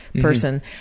person